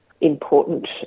important